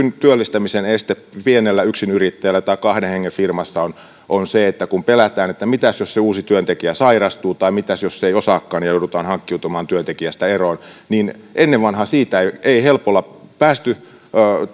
työllistämisen este pien ja yksinyrittäjällä tai kahden hengen firmassa on on se kun pelätään että mitäs jos uusi työntekijä sairastuu tai mitäs jos se ei osaakaan ja joudutaan hankkiutumaan työntekijästä eroon ennen vanhaan siitä ei helpolla päästy